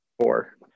four